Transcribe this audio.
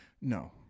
No